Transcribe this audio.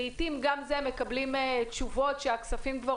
לעתים מקבלים תשובות שהכספים כבר